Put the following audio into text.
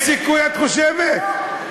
יש סיכוי, את חושבת?